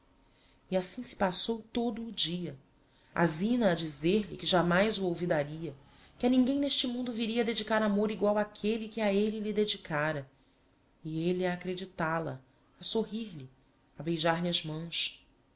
e assim se passou todo o dia a zina a dizer-lhe que jamais o olvidaria que a ninguem n'este mundo viria a dedicar amor egual áquelle que a elle lhe dedicára e elle a acreditál a a sorrir lhe a beijar-lhe as mãos